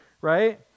right